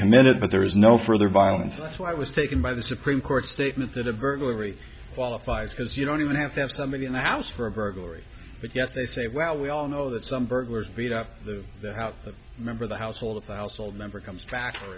committed that there is no further violence that's why i was taken by the supreme court's statement that a burglary qualifies because you don't even have to have somebody in the house for a burglary but yet they say well we all know that some burglars beat up the house member of the household of the household member comes back or